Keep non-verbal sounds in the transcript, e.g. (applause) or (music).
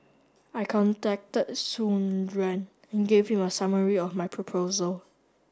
I contacted Soon (unintelligible) and gave him a summary of my proposal